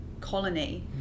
colony